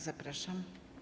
Zapraszam.